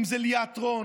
אם זה ליאת רון,